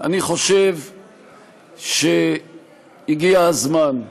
אני חושב שהגיע הזמן,